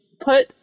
put –